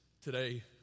Today